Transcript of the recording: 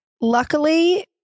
Luckily